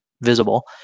visible